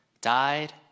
died